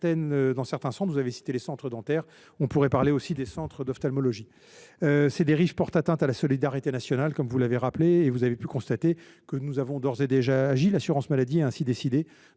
dans certains centres – vous avez cité les centres dentaires, mais on pourrait évoquer également les centres d’ophtalmologie. Ces dérives portent atteinte à la solidarité nationale, comme vous l’avez rappelé. Vous avez pu constater que nous avons d’ores et déjà agi. L’assurance maladie a ainsi décidé